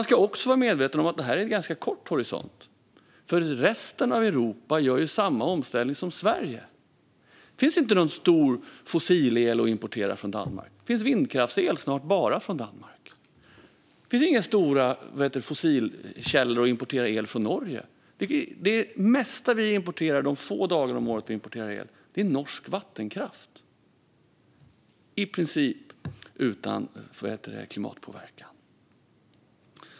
Låt oss vara medvetna om att detta är en ganska kort horisont, för resten av Europa gör samma omställning som Sverige. Det finns ingen stor fossilel att importera från Danmark. Det finns snart bara vindkraftsel. Det finns inga stora fossilkällor att importera el från i Norge. Den mesta el vi importerar de få dagar om året vi behöver kommer från norsk vattenkraft, i princip utan klimatpåverkan.